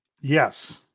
yes